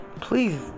Please